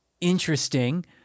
interesting